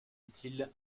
utile